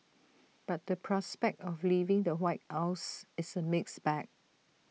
but the prospect of leaving the white house is A mixed bag